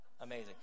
Amazing